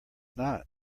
not